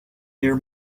near